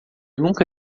nunca